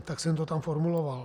Tak jsem to tam formuloval.